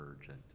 urgent